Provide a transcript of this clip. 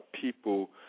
people